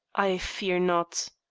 i fear not.